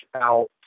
out